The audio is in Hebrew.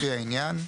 לפי העניין,